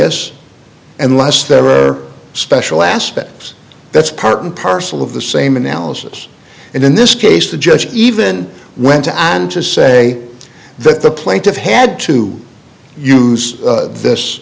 vs unless there are special aspects that's part and parcel of the same analysis and in this case the judge even went to and to say that the plaintiff had to use this